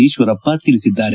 ಈಶ್ವರಪ್ಸ ತಿಳಿಸಿದ್ದಾರೆ